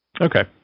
Okay